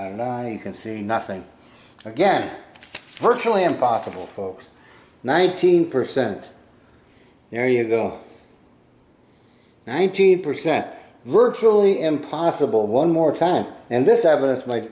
you can see nothing again virtually impossible folks nineteen percent there you go nineteen percent virtually impossible one more time and this evidence my